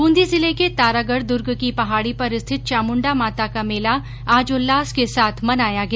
ब्रंदी जिले के तारागढ दुर्ग की पहाड़ी पर स्थित चामुण्डा माता का मेला आज उल्लास के साथ मनाया गया